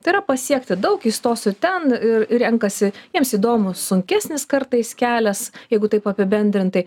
tai yra pasiekti daug įstosiu ten ir ir renkasi jiems įdomu sunkesnis kartais kelias jeigu taip apibendrintai